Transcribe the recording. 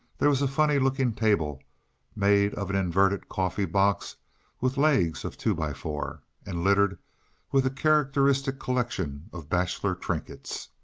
there was a funny-looking table made of an inverted coffee box with legs of two-by-four, and littered with a characteristic collection of bachelor trinkets.